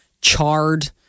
charred